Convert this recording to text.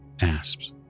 asps